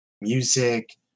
music